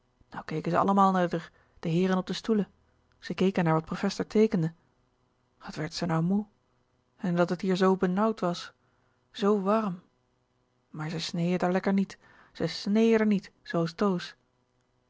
keke ze allemaal naar d'r de heere op de stoele ze keke naar wat profester teekende wat werd ze nou moe en dat t hier zoo benauwd was zoo warrem maar ze sneje d'r lekker niet ze sneje d'r niet zoo as